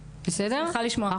אני שמחה לשמוע.